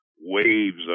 waves